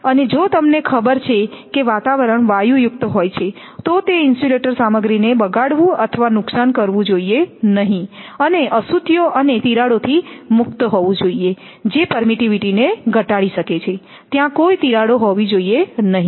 અને જો તમને ખબર છે કે વાતાવરણ વાયુયુક્ત હોય છે તો તે ઇન્સ્યુલેટર સામગ્રીને બગાડવું અથવા નુકસાન કરવું જોઈએ નહીં અને અશુદ્ધિઓ અને તિરાડોથી મુક્ત હોવું જોઈએ જે પરમીટિવિટી ને ઘટાડી શકે છે ત્યાં કોઈ તિરાડો હોવી જોઈએ નહીં